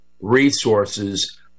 resources